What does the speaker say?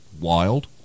wild